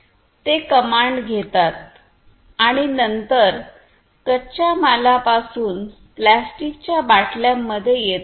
ते कमांड घेतात आणि नंतर कच्च्या मालापासून प्लास्टिकच्या बाटल्यांमध्ये येतात